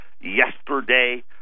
yesterday